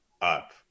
up